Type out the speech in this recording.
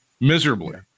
miserably